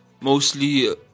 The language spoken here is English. mostly